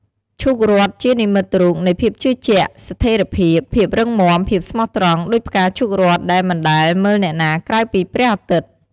ឈូករ័ត្ន ជានិមិត្តរូបនៃភាពជឿជាក់ ស្ថេរភាព ភាពរឹងមាំ ភាពស្មោះត្រង់ ដូចផ្កាឈូករ័ត្ន ដែលមិនដែលមើលអ្នកណាក្រៅពីព្រះអាទិត្យ។